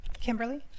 Kimberly